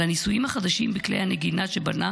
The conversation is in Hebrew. על הניסויים החדשים בכלי הנגינה שבנה